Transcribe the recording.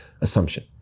assumption